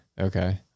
Okay